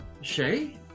Shay